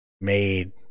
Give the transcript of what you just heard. made